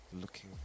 looking